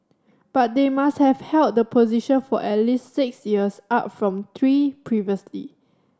but they must have held the position for at least six years up from three previously